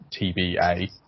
TBA